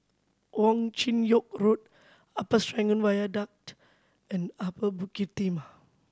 Wong Chin Yoke Road Upper Serangoon Viaduct and Upper Bukit Timah